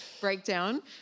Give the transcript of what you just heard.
breakdown